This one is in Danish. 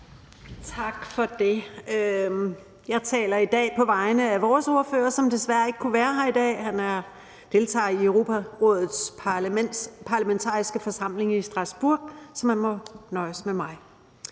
Tak for det. Jeg taler i dag på vegne af vores ordfører, som desværre ikke kunne være her i dag. Han deltager i Europarådets Parlamentariske Forsamling i Strasbourg, så man må nøjes med mig.